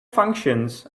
functions